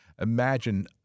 Imagine